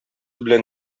белән